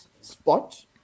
spot